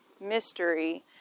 mystery